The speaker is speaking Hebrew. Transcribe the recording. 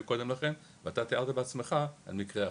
קודם לכן ואתה תיארת בעצמך על מקרה אחר.